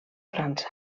frança